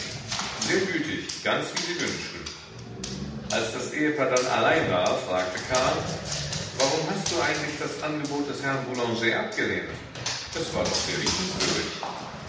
sehr gütig ganz wie sie wünschen als das ehepaar dann allein war fragte karl warum hast du eigentlich das angebot des herrn boulanger abgelehnt es war doch sehr liebenswürdig